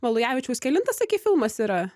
valujavičiaus kelintas sakei filmas yra